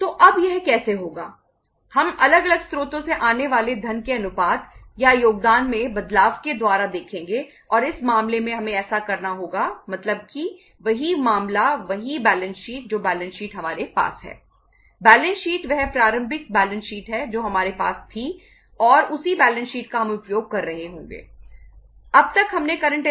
तो अब यह कैसे होगा हम अलग अलग स्रोतों से आने वाले धन के अनुपात या योगदान में बदलाव के द्वारा देखेंगे और इस मामले में हमें ऐसा करना होगा मतलब कि वही मामला वही बैलेंस शीट जो बैलेंस शीट हमारे पास है